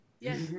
yes